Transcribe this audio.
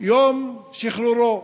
יום שחרורו,